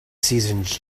seasons